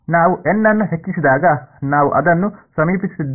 ನಾವು n ಅನ್ನು ಹೆಚ್ಚಿಸಿದಾಗ ನಾವು ಅದನ್ನು ಸಮೀಪಿಸುತ್ತಿದ್ದೇವೆ